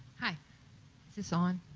hi, is this on?